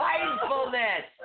Mindfulness